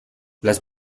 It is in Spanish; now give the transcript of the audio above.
las